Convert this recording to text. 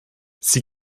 sie